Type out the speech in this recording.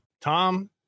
Tom